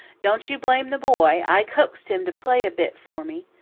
don't you blame the boy. i coaxed him to play a bit for me.